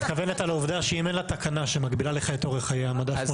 היא מתכוונת על העובדה שאם אין לה תקנה שמגבילה לך את אורך חיי המדף,